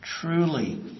truly